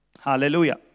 Hallelujah